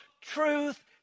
truth